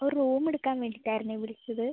ഒരു റൂം എടുക്കാൻ വേണ്ടിയിട്ടായിരുന്നേ വിളിച്ചത്